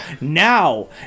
now